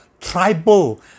tribal